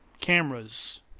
cameras